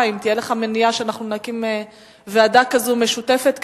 אם תהיה לך מניעה שאנחנו נקים ועדה משותפת כזאת,